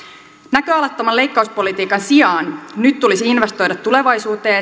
näköalattoman leikkauspolitiikan sijaan nyt tulisi investoida tulevaisuuteen